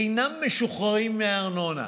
אינם משוחררים מארנונה.